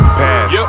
past